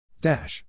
Dash